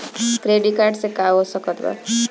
Credit card से का हो सकइत बा?